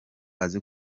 aze